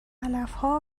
علفها